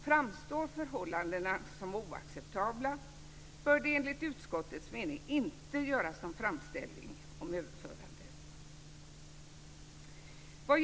Framstår förhållandena som oacceptabla bör det enligt utskottets mening inte göras någon framställning om överförande.